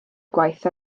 gwaith